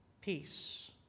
peace